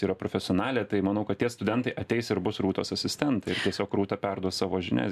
yra profesionalė tai manau kad tie studentai ateis ir bus rūtos asistentai tiesiog rūta perduos savo žinias